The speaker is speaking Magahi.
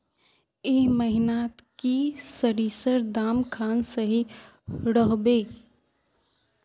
ए महीनात की सरिसर दाम खान सही रोहवे?